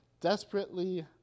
desperately